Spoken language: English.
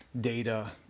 data